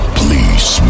please